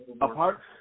apart